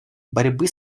борьбы